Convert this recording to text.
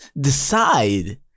decide